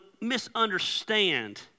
misunderstand